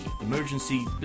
emergency